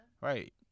Right